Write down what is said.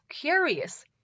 Curious